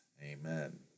Amen